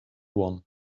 won